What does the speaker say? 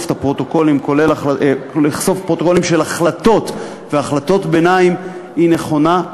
פרוטוקולים של החלטות והחלטות ביניים היא נכונה.